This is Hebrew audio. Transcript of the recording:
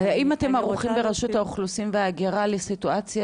האם אתם ערוכים ברשות האוכלוסין וההגירה לסיטואציה